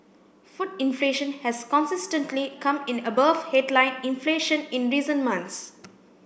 food inflation has consistently come in above headline inflation in recent months